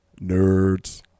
Nerds